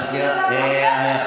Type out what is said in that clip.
תזכירי לנו.